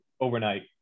overnight